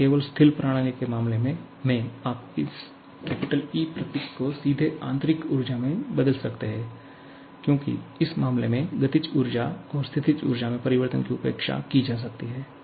और केवल स्थिर प्रणाली के विशेष मामले में आप इस E प्रतीक को सीधे आंतरिक ऊर्जा से बदल सकते हैं क्योंकि इस मामले में गतिज ऊर्जा और स्थितिज ऊर्जा में परिवर्तन की उपेक्षा की जा सकती है